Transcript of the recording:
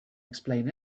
explain